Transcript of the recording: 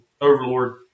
Overlord